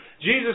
Jesus